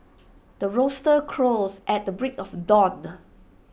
the rooster crows at the break of dawn